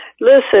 Listen